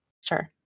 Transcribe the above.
Sure